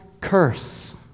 curse